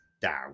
down